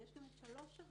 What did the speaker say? יש כאן (3).